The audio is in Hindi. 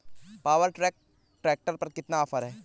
पावर ट्रैक ट्रैक्टर पर कितना ऑफर है?